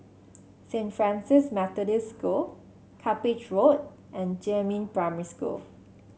Saint Francis Methodist School Cuppage Road and Jiemin Primary School